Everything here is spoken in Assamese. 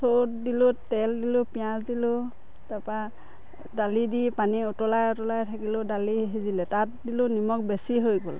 চৰুত দিলোঁ তেল দিলোঁ পিঁয়াজ দিলোঁ তাৰ পৰা দালি দি পানী উতলাই উতলাই থাকিলোঁ দালি সিজিলে তাত দিলোঁ নিমখ বেছি হৈ গ'ল